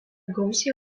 gausiai